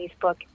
Facebook